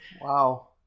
Wow